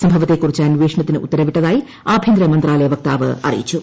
സംഭവത്തെ കുറിച്ച് അന്വേഷണത്തിന് ഉത്തരവിട്ടതായി ആഭ്യന്തരമന്ത്രാലയ വക്താവ് അറിയിച്ചു